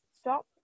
Stop